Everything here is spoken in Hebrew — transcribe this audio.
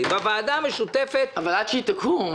בוועדה המשותפת --- אבל עד שהיא תקום...